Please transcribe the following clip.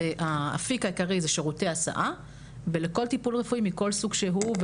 והאפיק העיקרי הוא שירותי ההסעה ולכל טיפול רפואי מכל סוג שהוא,